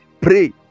Pray